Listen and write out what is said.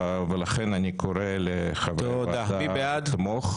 ולכן אני קורא לחברי הוועדה לתמוך.